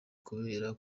kubera